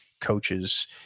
coaches